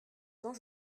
quand